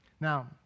Now